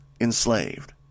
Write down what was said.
enslaved